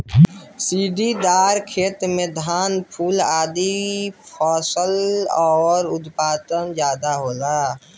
सीढ़ीदार खेती में धान, फूल आदि फसल कअ उत्पादन ज्यादा होला